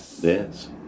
Yes